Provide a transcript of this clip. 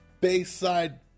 Bayside